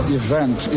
event